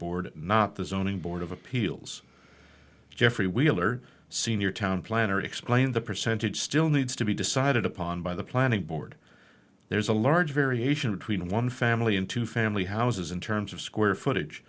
board not the zoning board of appeals geoffrey wheeler senior town planner explained the percentage still needs to be decided upon by the planning board there's a large variation between one family in two family houses in terms of square footage